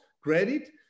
credit